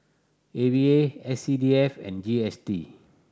A V A S C D F and G S T